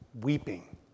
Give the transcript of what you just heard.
weeping